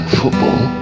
football